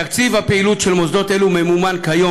תקציב הפעילות של מוסדות אלו ממומן כיום